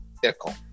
vehicle